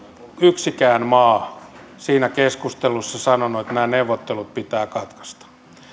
yksikään maa siinä keskustelussa sanonut että nämä neuvottelut pitää katkaista